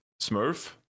smurf